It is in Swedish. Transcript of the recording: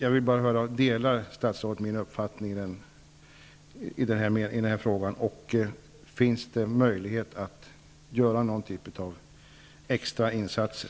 Delar statsrådet min uppfattning i den frågan? Finns det möjlighet att göra någon typ av extra insatser?